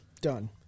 Done